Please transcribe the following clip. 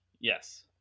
yes